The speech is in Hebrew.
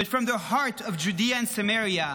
but from the heart of Judea and Samaria.